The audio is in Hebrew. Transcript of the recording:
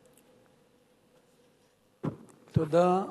תודה.